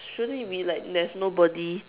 shouldn't it be like there is nobody